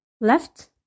left